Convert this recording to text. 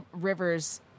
Rivers